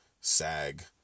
SAG